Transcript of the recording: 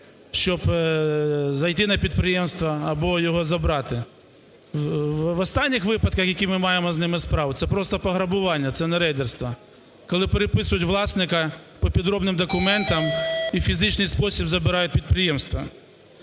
щоб зайти на підприємство або його забрати. В останніх випадках, які ми маємо з ними справу – це просто пограбування – це не рейдерство. Коли переписують власника по підробним документам і у фізичний спосіб забирають підприємства.